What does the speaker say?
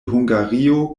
hungario